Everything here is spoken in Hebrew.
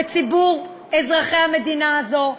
בציבור אזרחי המדינה הזו.